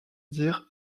dire